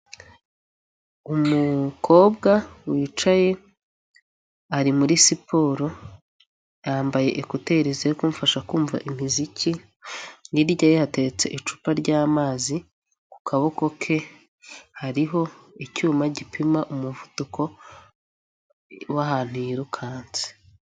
Umukobwa wicaye ari muri siporo, yambaye ekuteri ziri kumfasha kumva imiziki, hiryaye hateretse icupa ryamazi, ku kaboko ke hariho icyuma gipima umuvuduko wahantu yirukanse.